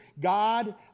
god